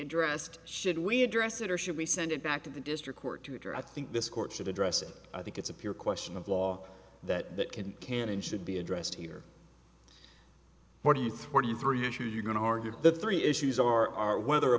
addressed should we address it or should we send it back to the district court tutor i think this court should address it i think it's a pure question of law that that can can and should be addressed here or do you thirty three issues you're going to argue the three issues are are whether a